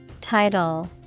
Title